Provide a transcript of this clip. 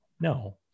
No